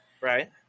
Right